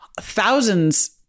thousands